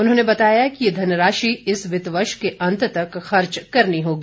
उन्होंने बताया कि ये धनराशि इस वित्त वर्ष के अंत तक खर्च करनी होगी